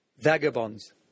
Vagabonds